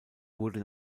wurde